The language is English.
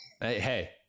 Hey